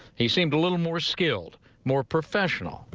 he seemed a little more skilled more professional.